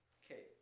okay